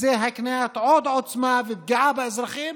זה הקניית עוד עוצמה ופגיעה באזרחים,